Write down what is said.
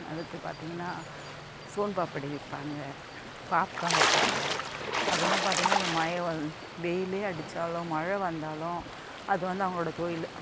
அடுத்து பார்த்தீங்கன்னா சோன் பப்டி விற்பாங்க பாப்கார்ன் விற்பாங்க அதெல்லாம் பார்த்தீங்கன்னா அந்த மயோ வெயிலே அடித்தாலும் மழை வந்தாலும் அது வந்து அவங்களோட தொழில்